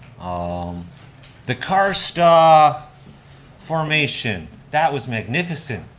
um the karst ah formation, that was magnificent,